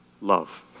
love